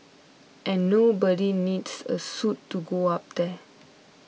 and nobody needs a suit to go up there